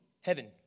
Heaven